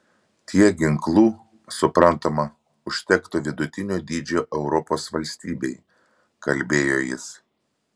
tiek ginklų suprantama užtektų vidutinio dydžio europos valstybei kalbėjo jis